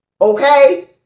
Okay